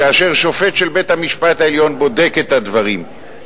כאשר שופט של בית-המשפט העליון בודק את הדברים,